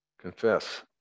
confess